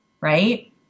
Right